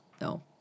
no